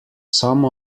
some